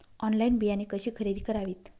Online बियाणे कशी खरेदी करावीत?